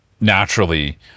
naturally